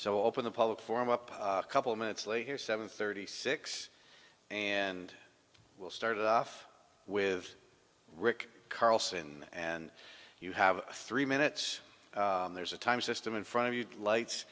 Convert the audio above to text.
so open the public forum up a couple minutes late here seven thirty six and we'll start off with rick carlson and you have three minutes there's a time system in front of you lights